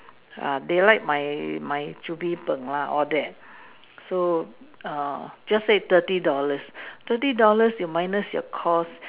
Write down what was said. ah they like my my chu-bee-png lah all that so err just say thirty dollars thirty dollars you minus your cost